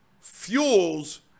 fuels